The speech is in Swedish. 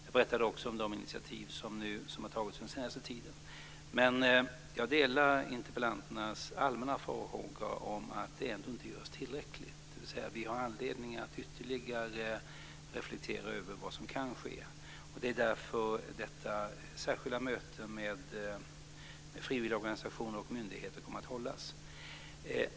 Jag berättade också om de initiativ som har tagits under den senaste tiden. Men jag delar interpellanternas allmänna farhågor om att det ändå inte görs tillräckligt, dvs. att vi har anledning att ytterligare reflektera över vad som kan ske. Det är därför som detta särskilda möte med frivilligorganisationer och myndigheter kommer att hållas.